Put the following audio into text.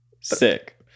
sick